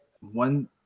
one